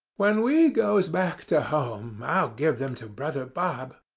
when we goes back to home i'll give them to brother bob.